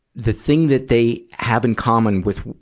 the thing that they have in common with,